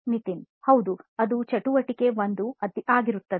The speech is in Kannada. ನಿತಿನ್ ಹೌದು ಅದು ಚಟುವಟಿಕೆ 1 ಆಗಿರುತ್ತದೆ